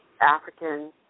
African